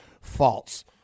false